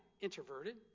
introverted